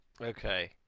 Okay